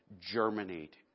germinate